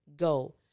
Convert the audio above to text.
go